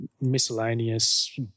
miscellaneous